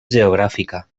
geogràfica